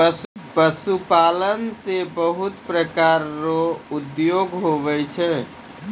पशुपालन से बहुत प्रकार रो उद्योग हुवै छै